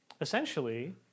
essentially